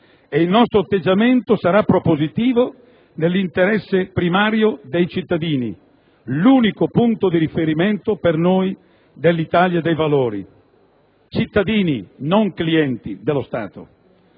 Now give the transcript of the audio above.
e il nostro atteggiamento sarà propositivo nell'interesse primario dei cittadini, che è l'unico punto di riferimento per noi dell'Italia dei Valori: sono cittadini, non clienti dello Stato.